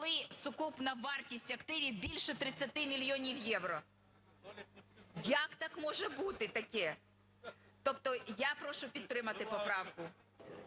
коли сукупна вартість активів більша 30 мільйонів євро. Як так може бути таке? Тобто я прошу підтримати поправку.